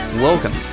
Welcome